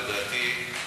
לדעתי,